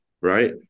Right